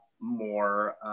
more